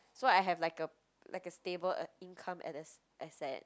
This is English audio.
so I have like a like a stable uh income and a asset